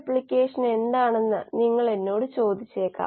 അതിനാൽ നിയന്ത്രണം മുകളിലുള്ള ചിത്രം ഉപയോഗിച്ച് വിശദീകരിക്കാം